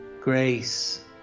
grace